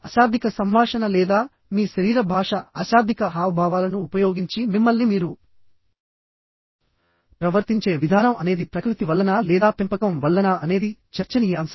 అశాబ్దిక సంభాషణ లేదా మీ శరీర భాష అశాబ్దిక హావభావాలను ఉపయోగించి మిమ్మల్ని మీరు ప్రవర్తించే విధానం అనేది ప్రకృతి వల్లనా లేదా పెంపకం వల్లనా అనేది చర్చనీయాంశం